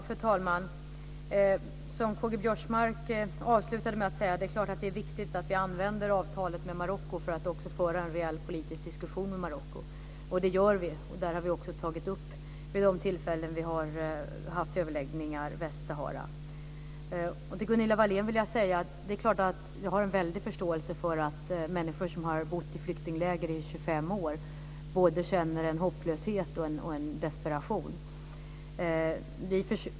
Fru talman! Som Karl-Göran Biörsmark avslutade med att säga så är det klart att det är viktigt att vi använder avtalet med Marocko för att också föra en reell politisk diskussion med Marocko, och det gör vi. Vid de tillfällen vi har haft överläggningar har vi också tagit upp Västsahara. Till Gunilla Wahlén vill jag säga att jag har en stor förståelse för att människor som har bott i flyktingläger i 25 år både känner en hopplöshet och en desperation.